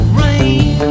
rain